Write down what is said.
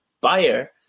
buyer